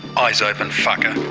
eyes open fucker,